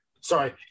Sorry